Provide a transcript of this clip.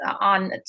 on